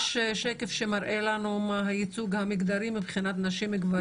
יש שקף שמראה לנו מה הייצוג המגדרי מבחינת נשים וגברים?